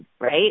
right